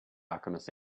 alchemist